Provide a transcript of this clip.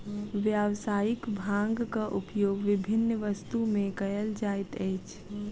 व्यावसायिक भांगक उपयोग विभिन्न वस्तु में कयल जाइत अछि